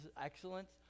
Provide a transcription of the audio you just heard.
excellence